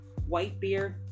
Whitebeard